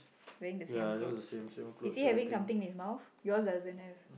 wearing the same clothes is he having something in his mouth yours doesn't have